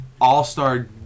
all-star